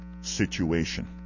situation